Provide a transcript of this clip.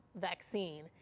vaccine